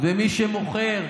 ומי שמוכר,